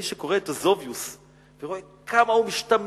מי שקורא את אוסביוס ורואה כמה הוא משתמש